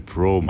Pro